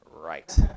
Right